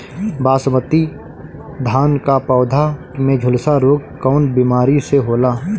बासमती धान क पौधा में झुलसा रोग कौन बिमारी से होला?